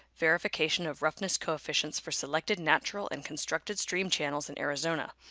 verification of roughness coefficients for selected natural and constructed stream channels in arizona.